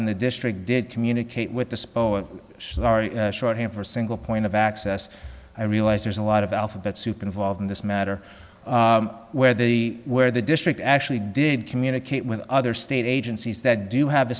in the district did communicate with the spoke shorthand for single point of access i realize there's a lot of alphabet soup involved in this matter where the where the district actually did communicate with other state agencies that do have